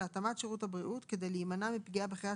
להתאמת שירות הבריאות כדי להימנע מפגיעה בחיית